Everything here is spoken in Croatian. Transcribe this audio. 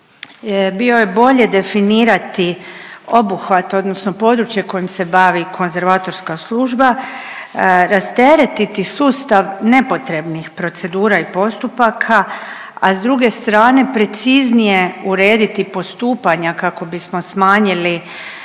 bio je bolje definirati obuhvat odnosno područje kojim se bavi konzervatorska služba, rasteretiti sustav nepotrebnih procedura i postupaka, a s druge strane preciznije urediti postupanja kako bismo smanjili